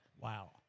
Wow